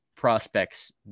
prospects